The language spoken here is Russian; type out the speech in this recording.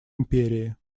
империи